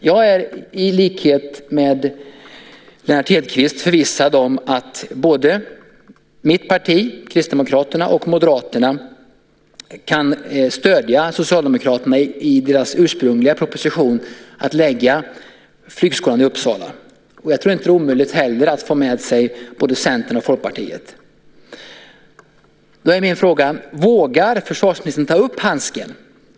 Jag är i likhet med Lennart Hedquist förvissad om att både mitt parti Kristdemokraterna och Moderaterna kan stödja Socialdemokraterna i deras ursprungliga proposition att lägga flygskolan i Uppsala. Jag tror inte heller att det är omöjligt att få med sig både Centern och Folkpartiet. Min fråga är: Vågar försvarsministern ta upp handsken?